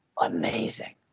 amazing